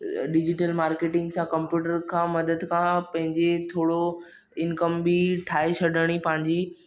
digital marketing सां computer खां मदद खां पंहिंजे थोरो इनकम बि ठाहे छॾिणी पंहिंजी